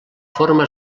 forma